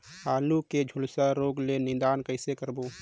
आलू के झुलसा रोग ले निदान कइसे करबो?